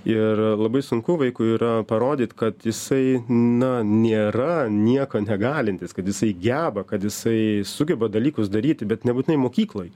ir labai sunku vaikui yra parodyt kad jisai na nėra nieko negalintis kad jisai geba kad jisai sugeba dalykus daryti bet nebūtinai mokykloj